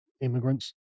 immigrants